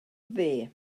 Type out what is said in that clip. dde